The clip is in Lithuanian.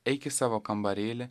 eik į savo kambarėlį